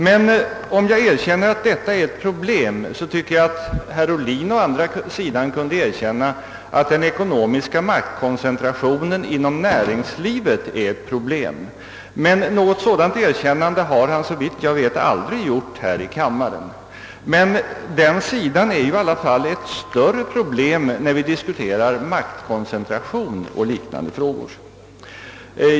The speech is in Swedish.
Men om jag erkänner att detta är ett problem, tycker jag att herr Ohlin å andra sidan kunde erkänna att den ekonomiska maktkoncentrationen inom näringslivet är ett problem. Men något sådant erkännande har han, såvitt jag vet, aldrig gjort här i kammaren. Men den sidan av saken är i alla fall ett större problem när vi diskuterar maktkoncentration och liknande frågor.